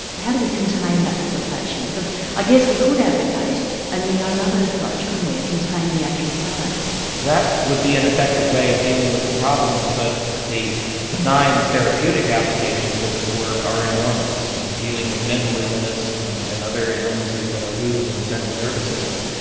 how do we contain that application? because i guess we could advocate a neo-luddite approach couldn't we, and contain the actual science. that would be an effective way of dealing with the problem but the benign therapeutic applications of this work are enormous in dealing with mental illness and and other illnesses that are rooted in the central nervous system.